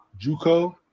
JUCO